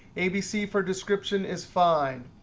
abc for description is fine.